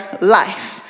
life